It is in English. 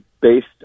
based